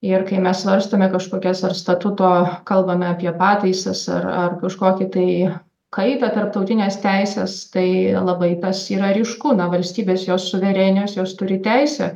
ir kai mes svarstome kažkokias ar statuto kalbame apie pataisas ar ar kažkokį tai kaitą tarptautinės teisės tai labai tas yra ryšku na valstybės jos suverenios jos turi teisę